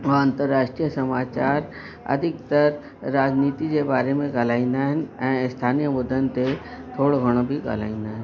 ऐं अंतर्राष्ट्रीय समाचार अधिकतर राजनीति जे बारे में ॻाल्हाईंदा आहिनि ऐं स्थानीय मुद्दनि ते थोरो घणो बि ॻाल्हाईंदा आहिनि